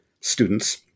students